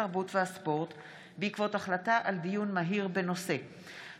התרבות והספורט בעקבות דיון מהיר בהצעתם